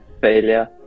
Failure